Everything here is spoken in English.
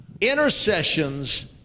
intercessions